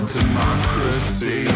Democracy